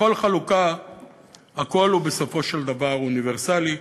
בכל חלוקה הכול הוא בסופו של דבר אוניברסלי.